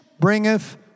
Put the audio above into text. bringeth